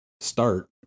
start